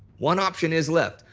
one option is left.